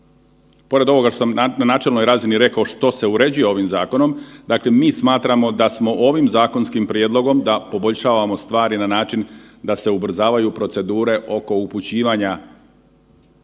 pored ovoga što sam na načelnoj razini rekao što se uređuje ovim zakonom, dakle mi smatramo da smo ovim zakonskim prijedlogom da poboljšavamo stvari na način da se ubrzavaju procedure oko upućivanja